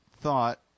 thought